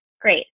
Great